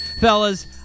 Fellas